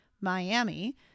Miami